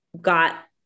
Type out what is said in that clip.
got